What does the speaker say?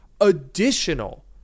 additional